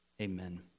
Amen